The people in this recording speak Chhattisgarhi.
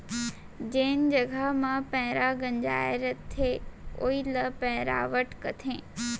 जेन जघा म पैंरा गंजाय रथे वोइ ल पैरावट कथें